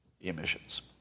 emissions